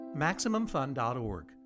MaximumFun.org